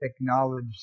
acknowledge